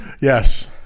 Yes